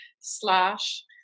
slash